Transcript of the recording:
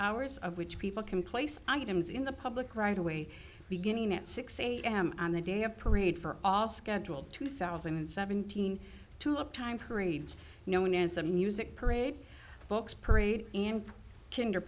hours of which people can place items in the public right away beginning at six am on the day of parade for all scheduled two thousand and seventeen to up time parades known as the music parade books parade and kinda